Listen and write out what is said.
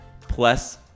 plus